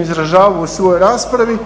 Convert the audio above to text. izražavao u svojoj raspravi